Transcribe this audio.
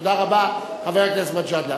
תודה רבה, חבר הכנסת מג'אדלה.